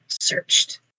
searched